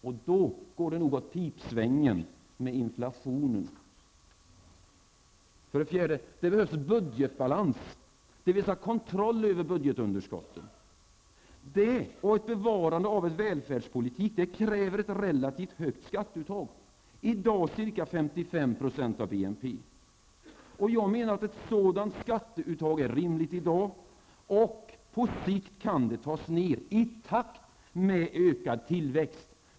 Och då går det nog åt pipsvängen med inflationen. 4. Budgetbalans, dvs. kontroll över budgetunderskotten. Det och bevarandet av en välfärdspolitik kräver ett relativt högt skatteuttag, i dag ca 55 % av BNP. Jag menar att ett sådant skatteuttag är rimligt i dag och att det på sikt kan tas ned i takt med en ökad tillväxt.